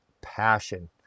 passion